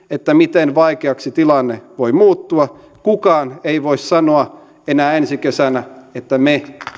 miten vaikeaksi tilanne voi muuttua kukaan ei voi sanoa enää ensi kesänä että me